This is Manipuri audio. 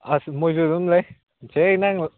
ꯑꯁ ꯃꯣꯏꯁꯨ ꯑꯗꯨꯝ ꯂꯩ ꯁꯤꯗꯩ ꯅꯪ